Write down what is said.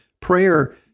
prayer